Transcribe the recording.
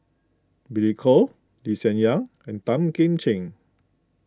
Billy Koh Lee Hsien Yang and Tan Kim Ching